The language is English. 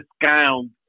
discount